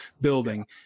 building